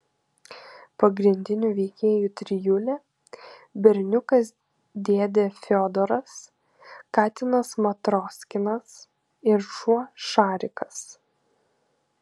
pagrindinių veikėjų trijulė berniukas dėdė fiodoras katinas matroskinas ir šuo šarikas